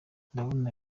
ndabona